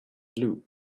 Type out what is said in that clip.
glue